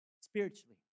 spiritually